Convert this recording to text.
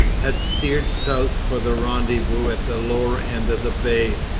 had steered south for the rendezvous at the lower end of the bay,